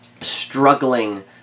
struggling